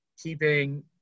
keeping